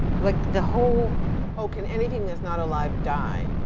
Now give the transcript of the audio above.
like the whole oh, can anything that's not alive die?